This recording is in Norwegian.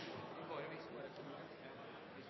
vil bare